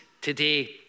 today